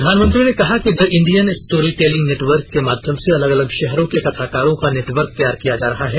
प्रधानमंत्री ने कहा कि the Indian story telling network के माध्यम से अलग अलग शहरों के कथाकारों का नेटवर्क तैयार किया जा रहा है